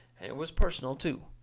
and it was personal, too.